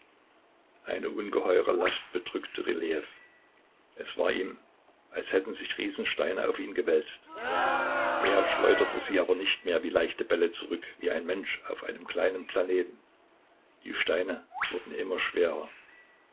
eine ungeheure last bedrückte rylejew es war ihm als hätten sich riesensteine auf ihn gewälzt er schleuderte sie aber nicht mehr wie leichte bälle zurück wie ein mensch auf einem kleinen planeten die steine wurden immer schwerer